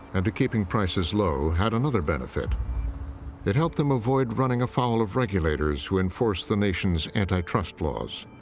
and to keeping prices low, had another benefit it helped them avoid running afoul of regulators who enforce the nation's antitrust laws.